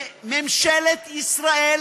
ממשלת ישראל